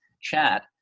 chat